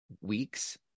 weeks